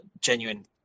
genuine